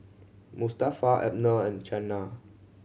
Mustafa Abner and Qiana